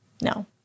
no